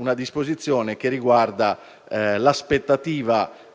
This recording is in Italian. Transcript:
una disposizione riguardante l'aspettativa